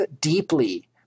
deeply